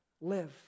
live